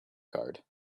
card